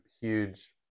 huge